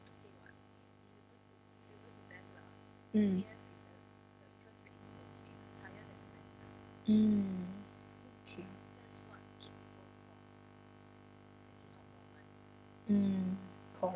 mm mm okay mm